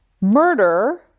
murder